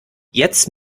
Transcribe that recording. jetzt